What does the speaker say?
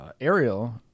Ariel